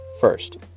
first